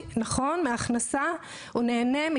מניכוי מהכנסה,